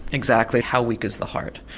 exactly, how weak is the heart.